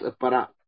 para